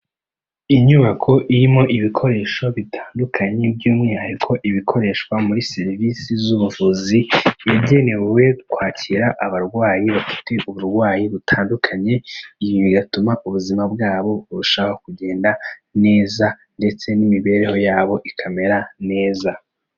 Inyubako irimo ibikoresho bitandukanye by'umwihariko ibikoreshwa muri serivisi z'ubuvuzi, igenewe kwakira abarwayi bafite uburwayi butandukanye, ibi bigatuma ubuzima bwabo burushaho kugenda neza ndetse n'imibereho yabo ikamera neza.